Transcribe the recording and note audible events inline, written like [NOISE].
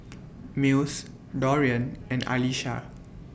[NOISE] Mills Dorian and [NOISE] Alesha